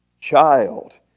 child